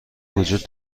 وجود